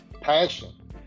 Passion